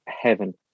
heaven